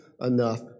enough